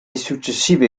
successive